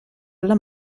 alla